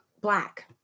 black